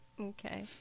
Okay